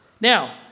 Now